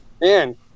Man